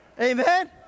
Amen